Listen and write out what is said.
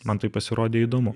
man tai pasirodė įdomu